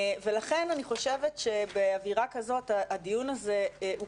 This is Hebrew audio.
ולכן אני חושבת שבאווירה כזאת הדיון הזה הוא